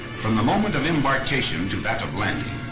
from the moment of embarkation to that of landing,